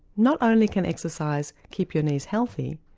not only can exercise keep your knees healthy,